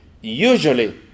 Usually